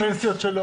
מה הפנסיות שלו.